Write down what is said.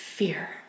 Fear